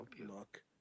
look